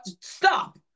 Stop